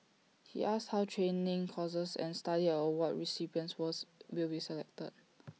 he asked how training courses and study award recipients was will be selected